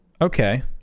Okay